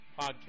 podcast